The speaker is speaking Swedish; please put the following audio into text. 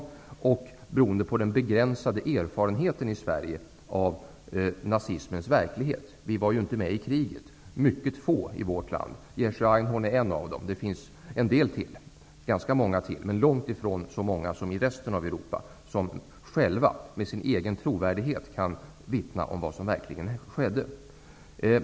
Jag tror också att det beror på den begränsade erfarenheten i Sverige av nazismens verklighet. Vi var ju inte med i kriget. Det finns i Sverige långt ifrån så många personer som i resten av Europa som själva med sin egen trovärdighet kan vittna om vad som verkligen skedde. Jerzy Einhorn är en av dem och det finns flera.